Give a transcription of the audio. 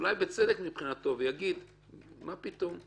אולי בצדק מבחינתו ויגיד: מה פתאום,